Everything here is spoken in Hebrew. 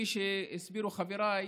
כפי שהסבירו חבריי,